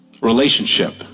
relationship